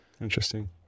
Interesting